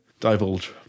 Divulge